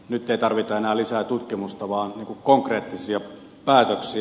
nyt ei tarvita enää lisää tutkimusta vaan konkreettisia päätöksiä